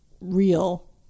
real